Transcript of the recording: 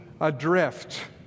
adrift